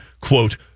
quote